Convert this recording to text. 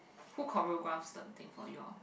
who choreographs the thing for you all